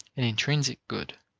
an intrinsic good.